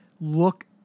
Look